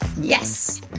Yes